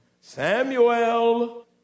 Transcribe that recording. Samuel